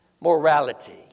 morality